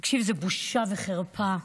תקשיב, זו בושה וחרפה.